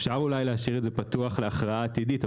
אפשר אולי להשאיר את זה פתוח להכרעה עתידית,